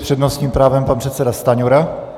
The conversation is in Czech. S přednostním právem pan předseda Stanjura.